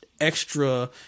extra